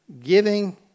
giving